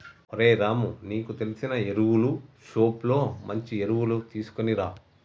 ఓరై రాము నీకు తెలిసిన ఎరువులు షోప్ లో మంచి ఎరువులు తీసుకునిరా